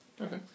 Okay